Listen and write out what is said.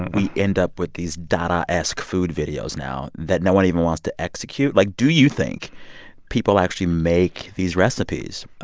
we end up with these dada-esque food videos now that no one even wants to execute. like, do you think people actually make these recipes?